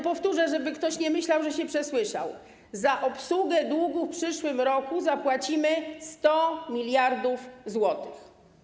Powtórzę, żeby ktoś nie myślał, że się przesłyszał: za obsługę długu w przyszłym roku zapłacimy 100 mld zł.